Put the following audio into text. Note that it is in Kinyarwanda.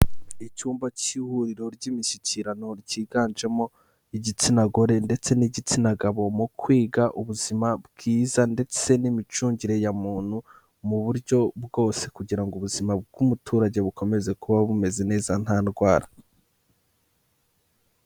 Icyumba cy'ihuriro ry'imishyikirano, ryiganjemo igitsina gore ndetse n'igitsina gabo mu kwiga ubuzima bwiza ndetse n'imicungire ya muntu mu buryo bwose kugira ngo ubuzima bw'umuturage bukomeze kuba bumeze neza nta ndwara.